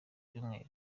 cyumweru